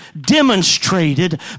demonstrated